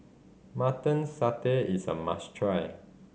Mutton Satay is a must try